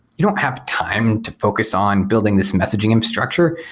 you don't have time to focus on building this messaging infrastructure.